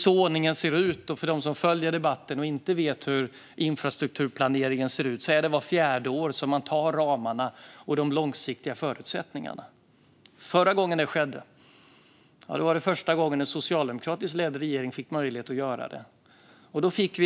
För dem som följer debatten och inte vet hur infrastrukturplaneringen ser ut är det alltså vart fjärde år som man tar ramarna och de långsiktiga förutsättningarna. Så ser ordningen ut. Förra gången det skedde var första gången en socialdemokratiskt ledd regering fick möjlighet att göra det.